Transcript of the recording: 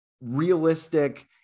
realistic